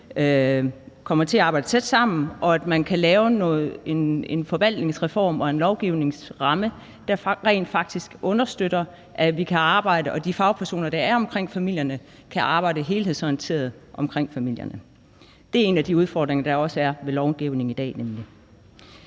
kommer til at arbejde tæt sammen, og at man kan lave en forvaltningsreform og en lovgivningsramme, der rent faktisk understøtter, at vi og de fagpersoner, der er omkring familierne, kan arbejde helhedsorienteret omkring familierne. Det er en af de udfordringer, der nemlig også er ved lovgivningen i dag.